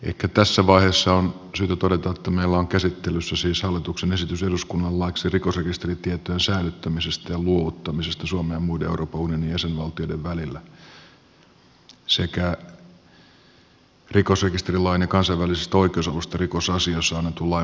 ehkä tässä vaiheessa on syytä todeta että meillä on käsittelyssä siis hallituksen esitys eduskunnalle laiksi rikosrekisteritietojen säilyttämisestä ja luovuttamisesta suomen ja muiden euroopan unionin jäsenvaltioiden välillä sekä rikosrekisterilain ja kansainvälisestä oikeusavusta rikosasioissa annetun lain muuttamisesta